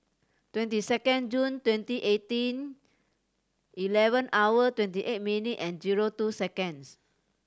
twenty second June twenty eighteen eleven hour twenty eight minute and zero two seconds